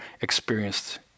experienced